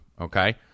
okay